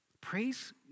praise